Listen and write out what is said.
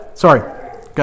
Sorry